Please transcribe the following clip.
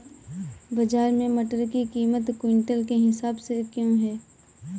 बाजार में मटर की कीमत क्विंटल के हिसाब से क्यो है?